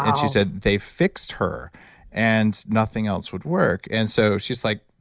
um she said, they fixed her and nothing else would work. and so, she's like,